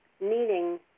needing